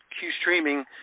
Q-streaming